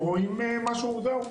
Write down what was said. או רואים משהו זר,